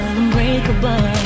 unbreakable